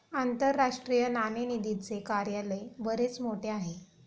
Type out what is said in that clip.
आंतरराष्ट्रीय नाणेनिधीचे कार्यालय बरेच मोठे आहे